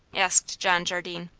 asked john jardine.